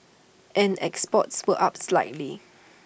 and exports were up slightly